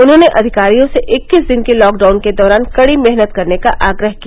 उन्होंने अधिकारियों से इक्कीस दिन के लॉकडाउन के दौरान कड़ी मेहनत करने का आग्रह किया